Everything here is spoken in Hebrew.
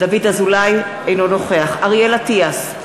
אינו נוכח אריאל אטיאס,